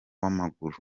w’amaguru